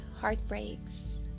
heartbreaks